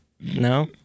No